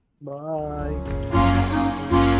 Bye